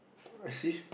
I see